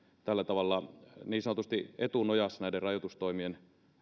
tällä tavalla niin sanotusti etunojassa näiden rajoitustoimien